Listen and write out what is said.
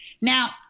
Now